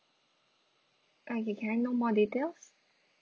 okay can I know more details